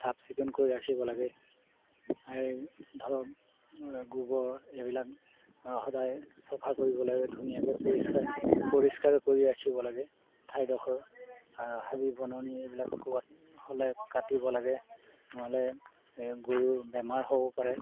চাফ চিকুণ কৰি ৰাখিব লাগে এই ধৰক গোবৰ এইবিলাক সদায় চফা কৰিব লাগে ধুনীয়াকৈ পৰিষ্কাৰ পৰিষ্কাৰ কৰি ৰাখিব লাগে ঠাইডোখৰ আৰু হাবি বননি এইবিলাক ক'ৰবাত হ'লে কাটিব লাগে নহ'লে গৰুৰৰ বেমাৰ হ'ব পাৰে